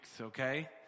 okay